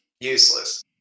useless